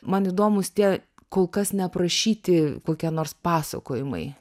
man įdomūs tie kol kas neaprašyti kokią nors pasakojimai